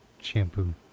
shampoo